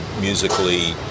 musically